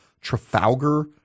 Trafalgar